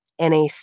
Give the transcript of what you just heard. NAC